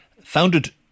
Founded